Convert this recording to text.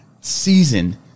season